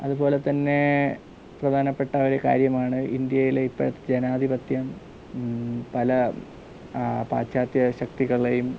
അതുപോലെതന്നെ പ്രധാനപ്പെട്ട ഒരു കാര്യമാണ് ഇന്ത്യയിലെ ഇപ്പോഴത്തെ ജനാധിപത്യം പല പാശ്ചാത്യ ശക്തികളെയും